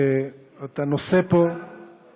כבוד השר,